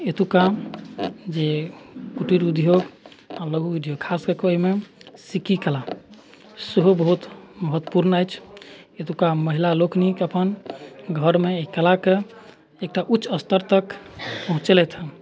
एतौका जे कुटीर उद्योग आओर लघु उद्योग खासकऽ कऽ एहिमे सिक्की कला सेहो बहुत महत्वपूर्ण अछि एतौका महिला लोकनि अपन घरमे एहि कलाके एकटा उच्च स्तर तक पहुँचेलथि हँ